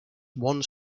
one